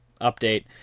update